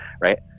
right